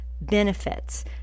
benefits